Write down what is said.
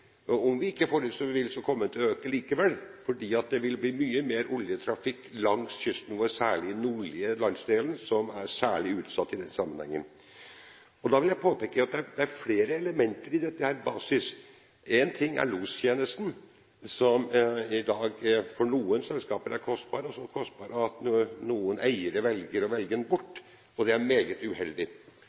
likevel, fordi det vil bli mye mer oljetrafikk langs kysten vår, spesielt i den nordlige landsdelen, som er særlig utsatt i denne sammenhengen. Jeg vil påpeke at det er flere basiselementer i dette. Én ting er lostjenesten, som i dag for noen selskaper er kostbar – så kostbar at noen eiere velger å velge den bort. Det er meget uheldig.